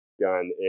gun